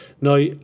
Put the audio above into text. Now